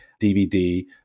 DVD